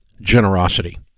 Generosity